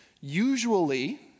usually